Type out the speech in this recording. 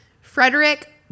Frederick